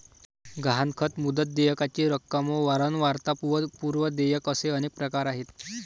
गहाणखत, मुदत, देयकाची रक्कम व वारंवारता व पूर्व देयक असे अनेक प्रकार आहेत